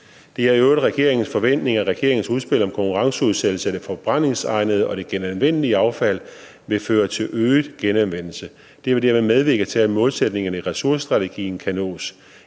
Det er i øvrigt regeringens forventning, at regeringens udspil om konkurrenceudsættelse af det forbrændingsegnede og det genanvendelige affald vil føre til øget genanvendelse. Det vil derved medvirke til, at målsætningerne i ressourcestrategien kan nås.